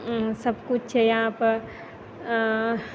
सबकिछु छै यहाँपर